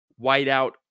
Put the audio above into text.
whiteout